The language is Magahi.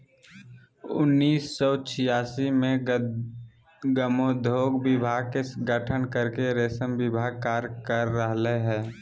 उन्नीस सो छिआसी मे ग्रामोद्योग विभाग के गठन करके रेशम विभाग कार्य कर रहल हई